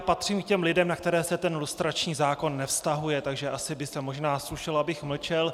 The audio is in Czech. Patřím k těm lidem, na které se lustrační zákon nevztahuje, takže asi by se možná slušelo, abych mlčel.